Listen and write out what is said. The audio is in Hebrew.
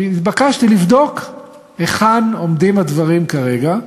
נתבקשתי לבדוק היכן עומדים הדברים כרגע.